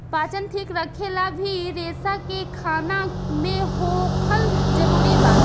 पाचन ठीक रखेला भी रेसा के खाना मे होखल जरूरी बा